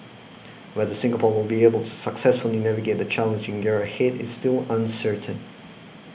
whether Singapore will be able to successfully navigate the challenging year ahead is still uncertain